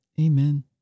Amen